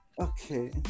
Okay